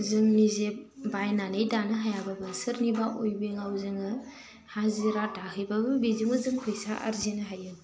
जोंनि जे बायनानै दानो हायाबाबो सोरनिबा उवेभिङाव जोङो हाजिरा दाहैबाबो बेजोंबो जों फैसा आरजिनो हायो